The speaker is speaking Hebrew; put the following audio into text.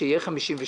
שיהיה 52,